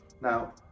Now